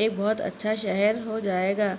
ایک بہت اچھا شہر ہوجائے گا